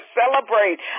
celebrate